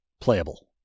playable